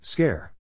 Scare